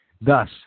Thus